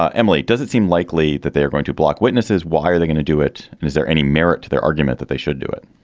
ah emily, does it seem likely that they are going to block witnesses? why are they going to do it? and is there any merit to their argument that they should do it?